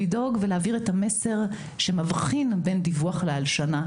לדאוג ולהעביר את המסר שמבחין בין דיווח להלשנה.